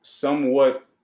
somewhat